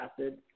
acid